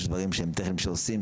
יש דברים שהם תמך עושים,